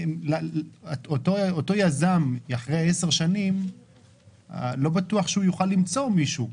אותו יזם אחרי 10 שנים לא בטוח שהוא יוכל למצוא מישהו,